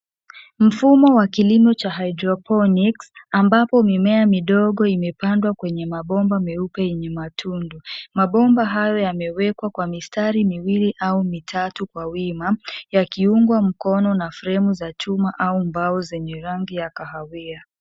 Mfumo wa kilimo cha hydroponics ambapo mimea midogo imepandwa kwenye mabomba meupe yenye matundu. Mabomba hayo yamewekwa kwa mistari miwili au mitatu kwa wima, yakiungwa mkono na fremu za chuma au mbao zenye rangi ya kahawia.